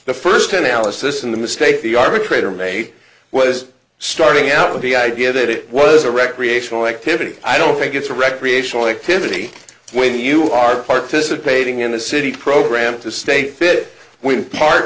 the first analysis in the state the arbitrator made was starting out with the idea that it was a recreational activity i don't think it's a recreational activity when you are participating in the city program to stay fit we part